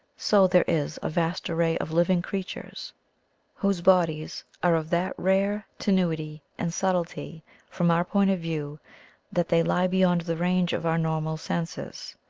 so there is a vast array of living crea tures whose bodies are of that rare tenuity and subtlety from our point of view that they lie beyond the range of our normal senses.